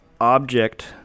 object